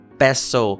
peso